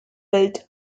built